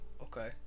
okay